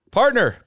partner